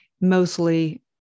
mostly